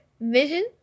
vision